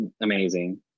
amazing